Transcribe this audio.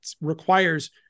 requires